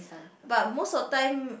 but most of time